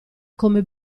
come